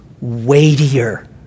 weightier